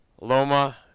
loma